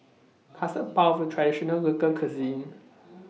Custard Puff IS A Traditional Local Cuisine